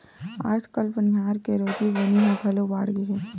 आजकाल बनिहार के रोजी बनी ह घलो बाड़गे हे